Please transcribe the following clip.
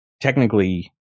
technically